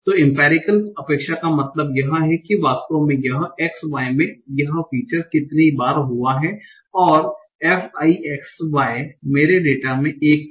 तो इंपेरिकल अपेक्षा का मतलब यह है कि वास्तव में यह x y में यह फीचर्स कितनी बार हुआ और f i x y मेरे डेटा में 1 था